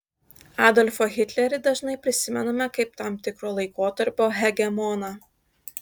adolfą hitlerį dažnai prisimename kaip tam tikro laikotarpio hegemoną